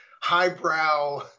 highbrow